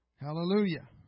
Hallelujah